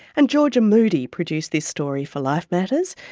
and georgia moodie produced this story for life matters.